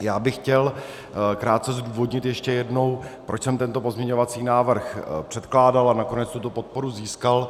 Já bych chtěl krátce zdůvodnit ještě jednou, proč jsem tento pozměňovací návrh předkládal a nakonec tuto podporu získal.